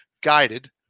guided